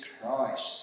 Christ